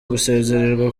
gusezererwa